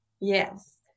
Yes